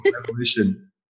revolution